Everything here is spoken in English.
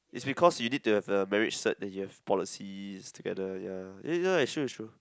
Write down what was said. is because you need to have the marriage cert that you have policies together ya eh ya it's true it's true